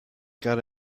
got